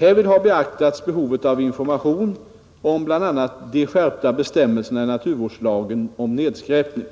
Härvid har beaktats behovet av information om bl.a. de skärpta bestämmelserna i naturvårdslagen om nedskräpning.